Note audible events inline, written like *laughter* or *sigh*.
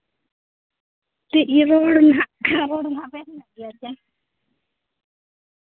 *unintelligible*